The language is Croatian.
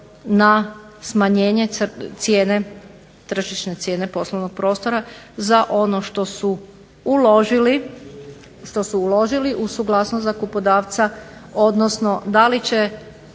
na smanjenje tržišne cijene poslovnog prostora za ono što su uložili uz suglasnost zakupodavca, odnosno da li će